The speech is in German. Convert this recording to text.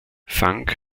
fang